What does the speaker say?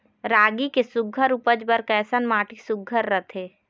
रागी के सुघ्घर उपज बर कैसन माटी सुघ्घर रथे?